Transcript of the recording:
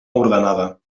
ordenada